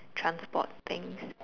transport things